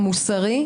המוסרי,